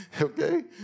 okay